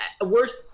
worst